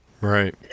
Right